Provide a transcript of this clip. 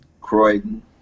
Croydon